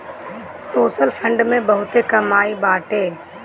social fund में बहुते कमाई बाटे